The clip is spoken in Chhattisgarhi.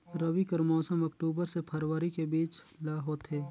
रबी कर मौसम अक्टूबर से फरवरी के बीच ल होथे